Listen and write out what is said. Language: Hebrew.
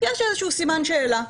יש איזה סימן שאלה,